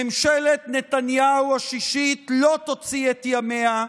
ממשלת נתניהו השישית לא תוציא את ימיה,